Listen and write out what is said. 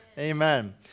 Amen